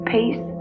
Peace